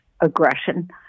aggression